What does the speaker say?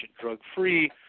drug-free